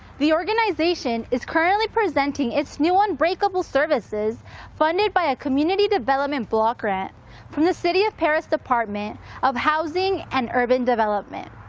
the organization is currently presenting its new unbreakable services funded by a community development block grant from the city of perris department of housing and urban development.